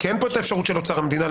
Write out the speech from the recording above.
כי אין פה האפשרות של אוצר המדינה,